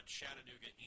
Chattanooga